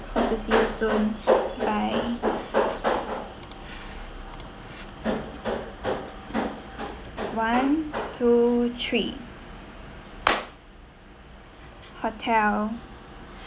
hope to see you soon bye one two three hotel